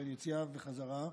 יציאה וחזרה.